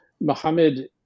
muhammad